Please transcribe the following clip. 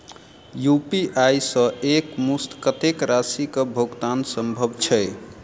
UPI सऽ एक मुस्त कत्तेक राशि कऽ भुगतान सम्भव छई?